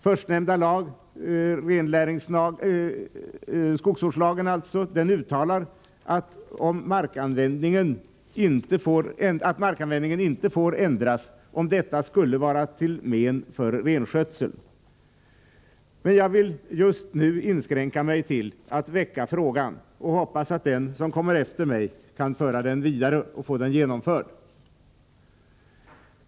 Förstnämnda lag uttalar nämligen att markanvändningen inte får ändras om detta skulle vara till men för renskötseln. Jag vill just nu inskränka mig till att väcka frågan, och jag hoppas att de som kommer efter mig nästa riksdag kan föra ärendet vidare och få förändringen genomförd.